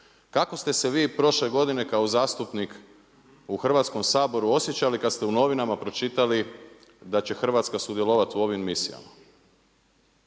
Kako ste se vi prošle godine kao zastupnik u Hrvatskom saboru osjećali kada ste u novinama pročitali da će Hrvatska sudjelovati u ovim misijama,